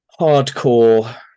hardcore